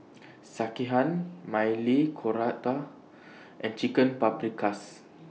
Sekihan Maili Kofta and Chicken Paprikas